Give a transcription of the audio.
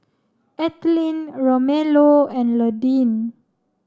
Ethelene Romello and Londyn